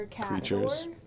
creatures